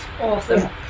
Awesome